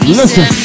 listen